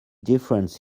difference